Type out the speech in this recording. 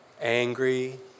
Angry